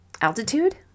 altitude